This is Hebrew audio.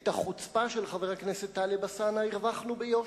את החוצפה של חבר הכנסת טלב אלסאנע הרווחנו ביושר.